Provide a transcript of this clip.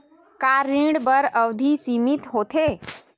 का ऋण बर अवधि सीमित होथे?